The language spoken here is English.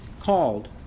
called